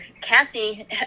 Cassie